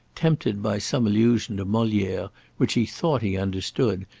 tempted by some allusion to moliere which he thought he understood,